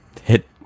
Hit